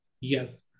yes